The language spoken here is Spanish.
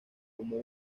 como